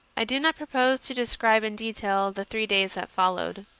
i do not propose to describe in detail the three days that followed.